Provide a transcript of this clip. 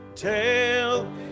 Tell